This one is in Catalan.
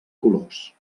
colors